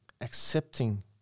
accepting